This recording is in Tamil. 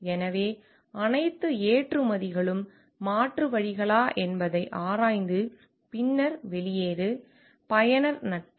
எனவே அனைத்து ஏற்றுமதிகளும் மாற்று வழிகளா என்பதை ஆராய்ந்து பின்னர் வெளியேறு பயனர் நட்பு